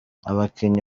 abakinnyi